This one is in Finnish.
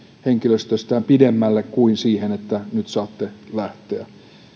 henkilöstöstään pidemmälle kuin siihen että nyt saatte lähteä